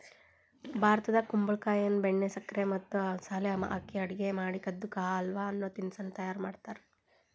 ಭಾರತದಾಗ ಕುಂಬಳಕಾಯಿಯನ್ನ ಬೆಣ್ಣೆ, ಸಕ್ಕರೆ ಮತ್ತ ಮಸಾಲೆ ಹಾಕಿ ಅಡುಗೆ ಮಾಡಿ ಕದ್ದು ಕಾ ಹಲ್ವ ಅನ್ನೋ ತಿನಸ್ಸನ್ನ ತಯಾರ್ ಮಾಡ್ತಾರ